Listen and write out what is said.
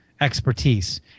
expertise